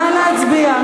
נא להצביע.